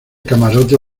camarote